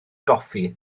goffi